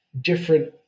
different